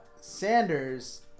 Sanders